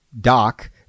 Doc